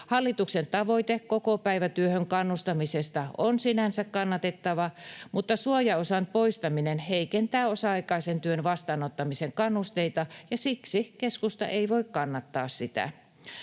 Hallituksen tavoite kokopäivätyöhön kannustamisesta on sinänsä kannatettava, mutta suojaosan poistaminen heikentää osa-aikaisen työn vastaanottamisen kannusteita, ja siksi keskusta ei voi kannattaa sitä.